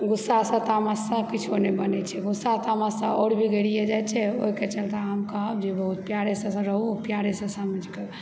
गुस्सासँ तामससँ किछु नहि बनय छै गुस्सा तामससँ आओर बिगड़ियै जाइ छै ओहिके चलते हम कहब जे बहुत प्यारेसँ रहु प्यारेसँ समझिकऽ